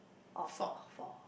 or four four